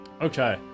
Okay